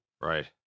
Right